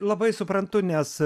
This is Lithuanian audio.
labai suprantu nes